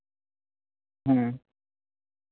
ᱦᱮᱸ